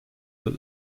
that